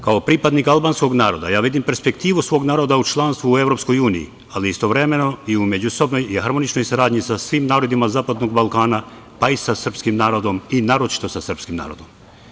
Kao pripadnik albanskog naroda, ja vidim perspektivu svog naroda u članstvu u EU, ali istovremeno i u međusobnoj i harmoničnoj saradnji sa svim narodima zapadnog Balkana, pa i sa srpskim narodom, i naročito sa srpskim narodom.